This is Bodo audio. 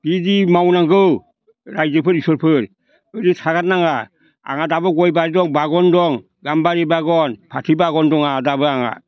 बिदि मावनांगौ राइजोफोर इसोरफोर ओरैनो थागारनाङा आंहा दाबो गय बारि दं बागान दं गाम्बारि बागान फाथै बागान दं आंहा दाबो आंहा